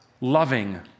loving